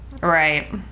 Right